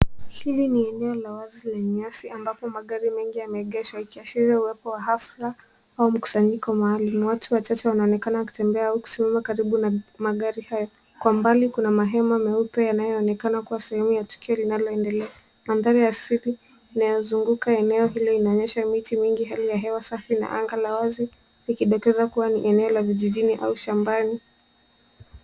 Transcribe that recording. Hili ni eneo la wazi lenye nyasi ambapo magari mengi yameegesha ikiashiria uwepo wa hafla au mkusanyiko maalum. Watu wachache wanaonekana wakitembea au kusimama karibu na magari hayo. Kwa mbali kuna mahema meupe yanayoonekana kuwa sehemu ya tukio linaloendelea. Manthari ya asili inayozunguka eneo hilo inaonyesha miti mingi, hali ya hewa safi na anga la wazi, likidokeza kuwa ni eneo la vijijini au shambani.